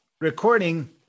recording